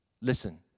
listen